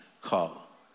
call